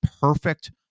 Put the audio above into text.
perfect